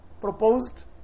proposed